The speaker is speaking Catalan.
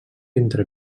entre